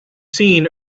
seen